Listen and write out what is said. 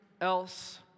else